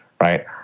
Right